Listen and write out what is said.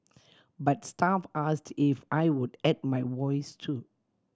but staff asked if I would add my voice too